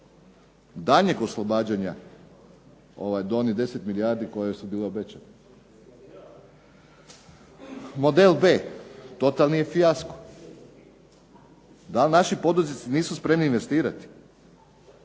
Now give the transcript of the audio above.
daljnjeg oslobađanja do onih 10 milijardi koje su bile obećane. Model B totalni je fijasko. Dal naši poduzetnici nisu spremni investirati?